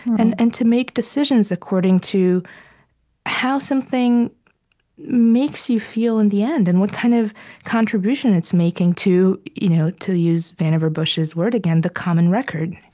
and and to make decisions according to how something makes you feel in the end, and what kind of contribution it's making to you know to use vannevar bush's word again the common record